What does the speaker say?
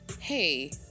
Hey